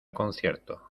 concierto